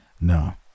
No